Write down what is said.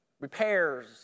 repairs